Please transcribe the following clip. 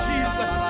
Jesus